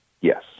yes